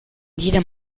jedem